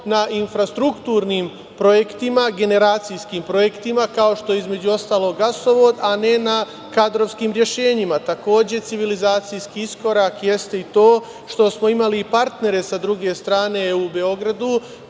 na infrastrukturnim projektima, generacijskim projektima, kao što je, između ostalog, gasovod, a ne na kadrovskim rešenjima. Civilizacijski iskorak jeste i to što smo imali i partnere sa druge strane u Beogradu